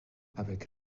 avec